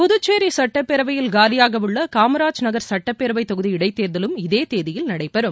புதுச்சேரி சட்டப்பேரவையில் காலியாக உள்ள காமராஜ் நகர் சட்டப்பேரவைத் தொகுதி இடைத் தேர்தலும் இதே தேதியில் நடைபெறும்